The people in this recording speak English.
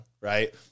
right